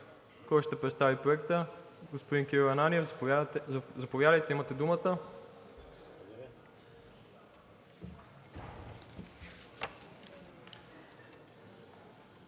Кой ще представи Проекта? Господин Кирил Ананиев. Заповядайте, имате думата,